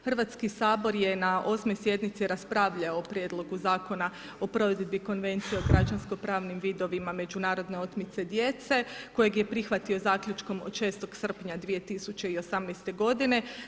Hrvatski sabor je na 8. sjednici raspravljao o Prijedlogu zakona o provedbi Konvencije o građansko pravnim vidovima međunarodne otmice djece kojeg je prihvatio zaključkom od 6. srpnja 2018. godine.